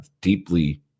deeply